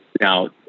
Now